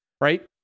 right